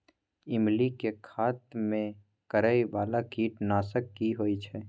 ईमली के खतम करैय बाला कीट नासक की होय छै?